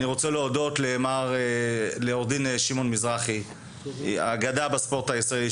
אני רוצה להודות לעו"ד שמעון מזרחי האגדה בספורט הישראלי,